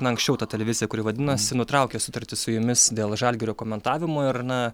na anksčiau ta televizija kuri vadinasi nutraukė sutartį su jumis dėl žalgirio komentavimo ir na